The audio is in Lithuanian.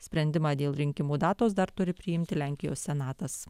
sprendimą dėl rinkimų datos dar turi priimti lenkijos senatas